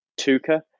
tuca